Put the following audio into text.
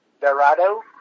Dorado